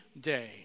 day